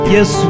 Yes